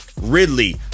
Ridley